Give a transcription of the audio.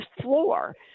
floor